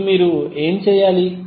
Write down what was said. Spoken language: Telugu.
ఇప్పుడు మీరు ఏమి చేయాలి